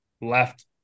left